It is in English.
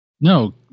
No